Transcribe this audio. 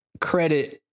credit